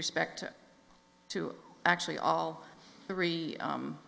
respect to actually all three